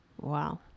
Wow